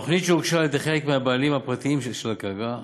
התוכנית שהוגשה על-ידי חלק מהבעלים הפרטיים של הקרקע,